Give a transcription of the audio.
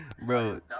Bro